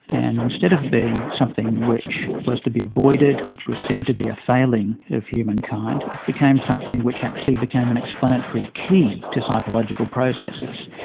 and instead of being something which was to be avoided, which was seen to be a failing of humankind, it became something which actually became an explanatory key to psychological processes.